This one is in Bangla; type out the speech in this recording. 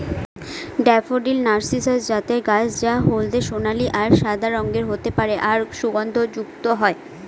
ড্যাফোডিল নার্সিসাস জাতের গাছ যা হলদে সোনালী আর সাদা রঙের হতে পারে আর সুগন্ধযুক্ত হয়